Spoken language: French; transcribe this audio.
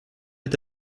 est